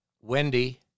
Wendy